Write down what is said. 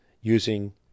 using